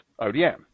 ODM